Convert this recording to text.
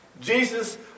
Jesus